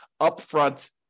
upfront